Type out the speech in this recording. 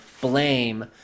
Blame